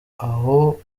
aho